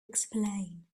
explain